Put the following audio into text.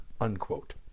unquote